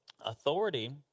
authority